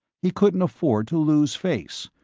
he couldn't afford to lose face.